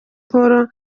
paul